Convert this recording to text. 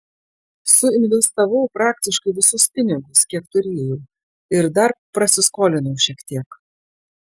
suinvestavau praktiškai visus pinigus kiek turėjau ir dar prasiskolinau šiek tiek